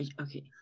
okay